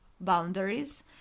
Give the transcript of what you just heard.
boundaries